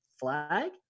flag